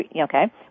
Okay